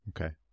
Okay